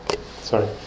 Sorry